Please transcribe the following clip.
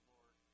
Lord